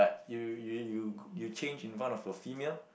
you you you change in front of a female